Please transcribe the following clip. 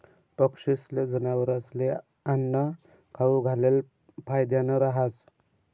पक्षीस्ले, जनावरस्ले आन्नं खाऊ घालेल फायदानं रहास